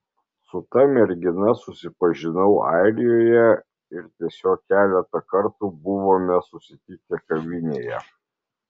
su ta mergina susipažinau airijoje ir tiesiog keletą kartų buvome susitikę kavinėje